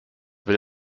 will